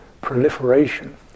proliferation